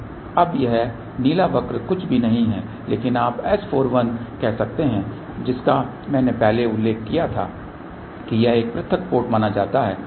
अब यह नीला वक्र कुछ भी नहीं है लेकिन आप S41 कह सकते हैं जिसका मैंने पहले उल्लेख किया था कि यह एक पृथक पोर्ट माना जाता है